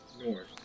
North